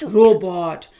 robot